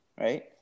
Right